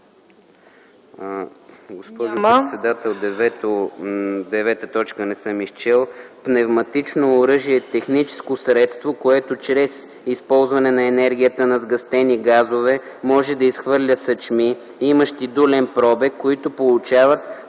Госпожо председател, не съм изчел т. 9: „9. „Пневматично оръжие” е техническо средство, което чрез използване енергията на сгъстени газове може да изхвърля съчми, имащи дулен пробег, които получават